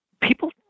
people